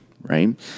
right